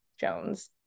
Jones